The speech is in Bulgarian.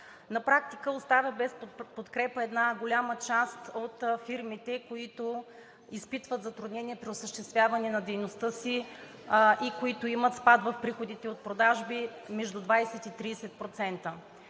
на практика оставя без подкрепа една голяма част от фирмите, които изпитват затруднение при осъществяване на дейността си и които имат спад в приходите от продажби между 20 и 30%.